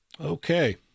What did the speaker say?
Okay